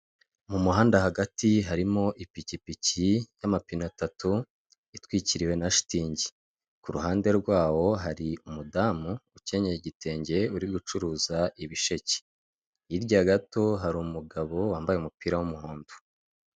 Mu muhanda hagati harimo ipikipiki y'amapine atatu itwikiriwe na shitingi ku ruhande rwawo hari umudamu ukenye igitenge uri gucuruza ibisheke hirya gato hari umugabo wambaye umupira w'umuhondo.